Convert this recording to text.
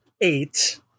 eight